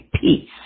peace